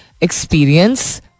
experience